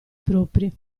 propri